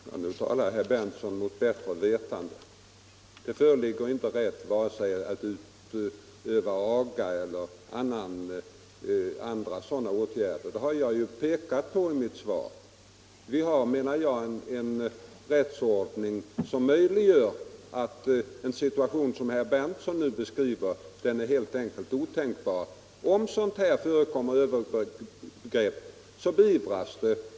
Herr talman! Nu talar herr Berndtson mot bättre vetande. Det föreligger inte rätt att vare sig utöva aga eller andra övergrepp; det har jag ju pekat på i mitt svar. Vi har en rättsordning som innebär att en situation som den herr Berndtson nu beskriver helt enkelt är otänkbar. Om övergrepp förekommer beivras de.